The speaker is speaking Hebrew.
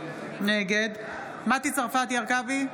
נגד מטי צרפתי הרכבי,